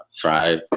thrive